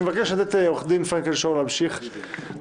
ואני מבקש לתת לעורכת הדין פרנקל שור להמשיך בדברים,